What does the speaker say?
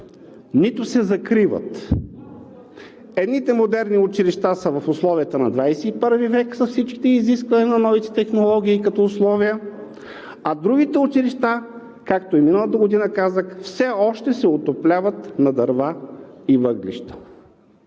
нито се закриват? Едните модерни училища са в условията на ХХI век с всичките изисквания на новите технологии като условия, а другите училища, както и миналата година казах, все още се отопляват на дърва и въглища.